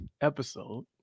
episode